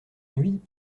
nuit